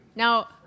Now